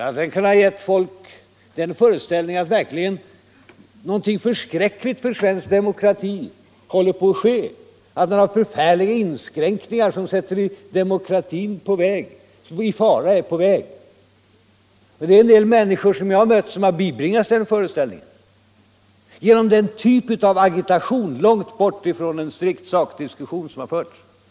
Den har kunnat ge folk den föreställningen att verkligen någonting förskräckligt för svensk demokrati håller på att ske, att några förfärliga inskränkningar, som sätter demokratin i fara, är på väg. Det är en del människor som jag mött som har bibringats den föreställningen genom den typ av agitation, långt bort från en strikt sakdiskussion, som Nr 149 har förts.